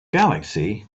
galaxy